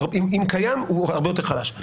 אם קיים, הוא הרבה יותר חלש.